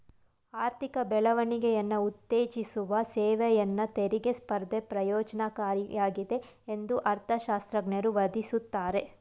ಆರ್ಥಿಕ ಬೆಳವಣಿಗೆಯನ್ನ ಉತ್ತೇಜಿಸುವ ಸೇವೆಯನ್ನ ತೆರಿಗೆ ಸ್ಪರ್ಧೆ ಪ್ರಯೋಜ್ನಕಾರಿಯಾಗಿದೆ ಎಂದು ಅರ್ಥಶಾಸ್ತ್ರಜ್ಞರು ವಾದಿಸುತ್ತಾರೆ